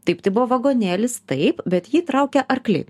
taip tai buvo vagonėlis taip bet jį traukia arkliai